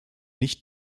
nicht